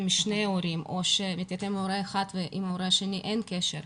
משני הורים או מתייתם מהורה אחד ועם ההורה השני אין קשר,